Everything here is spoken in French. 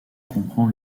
comprend